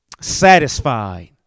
satisfied